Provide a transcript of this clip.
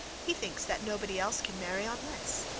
he thinks that nobody else can marry on less.